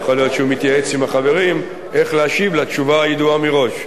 יכול להיות שהוא מתייעץ עם החברים איך להשיב לתשובה הידועה מראש,